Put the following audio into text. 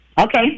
Okay